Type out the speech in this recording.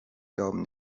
glauben